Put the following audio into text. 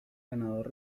ganador